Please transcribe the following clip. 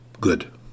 good